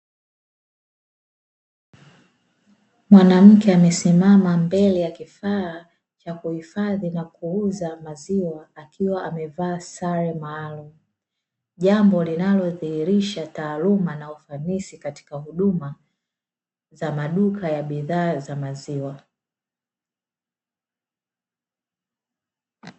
Mwanamke amesimama mbele ya kifaa cha kuhifadhi na kuuza maziwa akiwa amevaa sare maalumu, jambo linalodhihirisha taaluma na ufanisi katika huduma za maduka za bidhaa za maziwa.